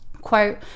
quote